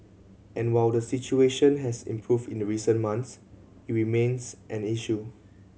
and while the situation has improved in the recent months it remains an issue